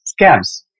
scams